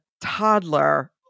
toddler